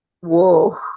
whoa